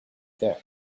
there